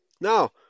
Now